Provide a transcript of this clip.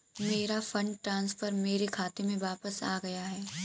मेरा fund transfer मेरे खाते में वापस आ गया है